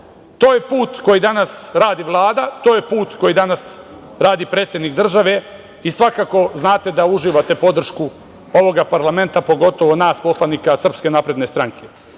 To je put koji danas radi Vlada, to je put koji danas radi predsednik države i svako znate da uživate podršku ovog parlamenta, pogotovo nas poslanika SNS.Na kraju,